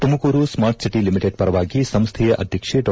Tumakuru smart city limited ಪರವಾಗಿ ಸಂಸ್ಥೆಯ ಅಧ್ಯಕ್ಷೆ ಡಾ